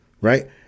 Right